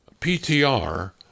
PTR